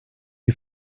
you